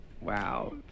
Wow